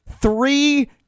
three